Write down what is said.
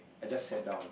I just sat down